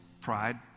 pride